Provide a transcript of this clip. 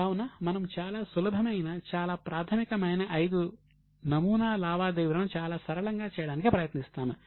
కావున మనము చాలా సులభమైన చాలా ప్రాథమికమైన ఐదు నమూనా లావాదేవీలను చాలా సరళంగా చేయడానికి ప్రయత్నిస్తాము